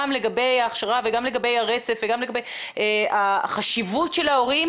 לגבי ההכשרה וגם לגבי הרצף וגם לגבי החשיבות של ההורים,